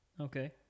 Okay